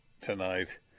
tonight